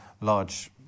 large